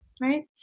Right